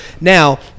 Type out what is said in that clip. now